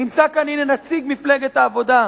הנה, נמצא כאן נציג מפלגת העבודה,